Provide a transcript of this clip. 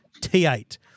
T8